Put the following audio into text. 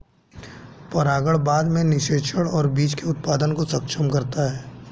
परागण बाद में निषेचन और बीज के उत्पादन को सक्षम करता है